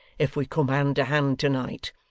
if we come hand to hand to-night.